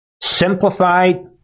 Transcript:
Simplified